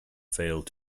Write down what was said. failed